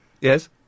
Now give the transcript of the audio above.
Yes